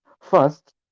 First